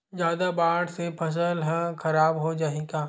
जादा बाढ़ से फसल ह खराब हो जाहि का?